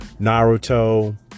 Naruto